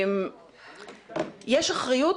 יש אחריות,